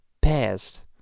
past